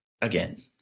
Again